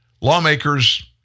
lawmakers